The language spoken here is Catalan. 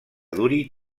duri